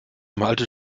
malte